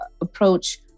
approach